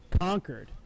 Conquered